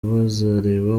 bazareba